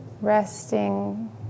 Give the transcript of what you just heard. resting